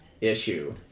issue